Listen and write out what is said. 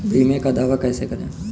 बीमे का दावा कैसे करें?